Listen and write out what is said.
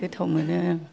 गोथाव मोनो